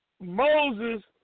Moses